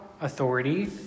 authority